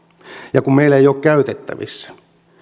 ja kun meillä ei ole käytettävissä